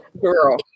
Girl